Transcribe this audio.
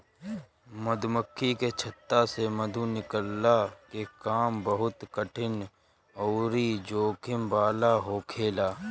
मधुमक्खी के छत्ता से मधु निकलला के काम बहुते कठिन अउरी जोखिम वाला होखेला